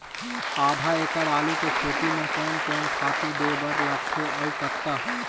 आधा एकड़ आलू के खेती म कोन कोन खातू दे बर लगथे अऊ कतका?